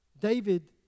David